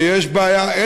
שיש בעיה.